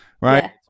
right